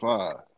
Five